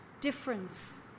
difference